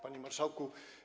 Panie Marszałku!